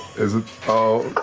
is it oh